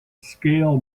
scale